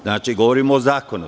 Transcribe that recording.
Znači, govorimo o zakonu.